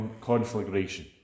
conflagration